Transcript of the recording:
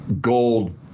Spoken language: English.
gold